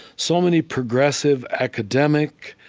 so many progressive, academic,